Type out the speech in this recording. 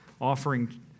offering